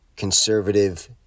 Conservative